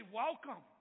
welcome